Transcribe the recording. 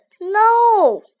no